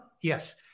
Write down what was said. Yes